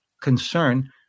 concern